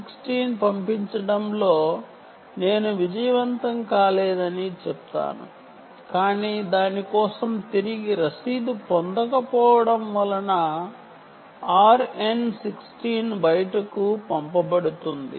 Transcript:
RN16 పంపించడంలో నేను విజయవంతం కాలేదని చెప్తాను కాని దాని కోసం తిరిగి రసీదు పొందకపోవడం వలన RN16 ఢీకొనడం వలన బయటకు పంపబడుతుంది